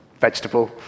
vegetable